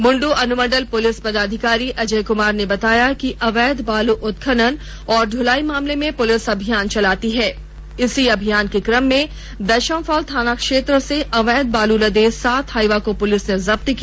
बुंडू अनुमंडल पुलिस पदाधिकारी अजय कुमार ने बताया कि अवैध बालू उत्खनन और दलाई मामले में पुलिस अभियान चलाती हैं इसी अभियान के क्रम में दशम फॉल थाना क्षेत्र से अवैध बालू लदे सात हाईवा को पुलिस ने जब्त किया